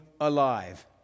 alive